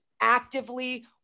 actively